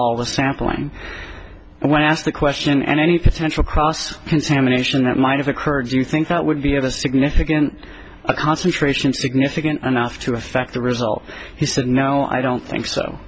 the sampling when asked the question and any potential cross contamination that might have occurred you think that would be of a significant concentration significant enough to affect the result he said no i don't think so